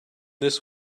this